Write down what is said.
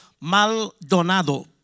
Maldonado